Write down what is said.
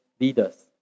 leaders